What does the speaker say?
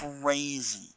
crazy